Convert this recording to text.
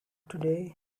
today